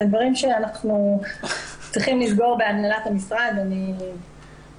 זה דברים שאנחנו צריכים לסגור בהנהלת המשרד --- בקיצור,